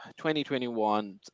2021